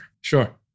Sure